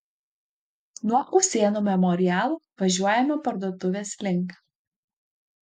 nuo usėnų memorialo važiuojame parduotuvės link